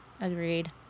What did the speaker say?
Agreed